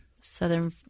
Southern